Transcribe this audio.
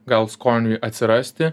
gal skoniui atsirasti